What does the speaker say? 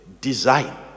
Design